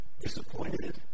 disappointed